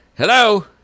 Hello